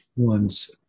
one's